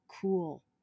cool